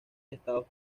estados